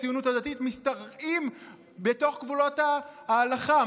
הציונות הדתית משתרעים בתוך גבולות ההלכה.